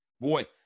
Boy